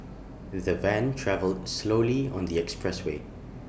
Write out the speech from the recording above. the van travelled slowly on the expressway